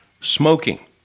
smoking